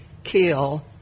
kill